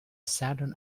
saturn